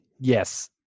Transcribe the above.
yes